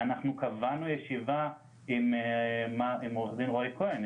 אנחנו קבענו ישיבה עם עורך דין רועי כהן,